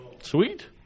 sweet